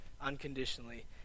unconditionally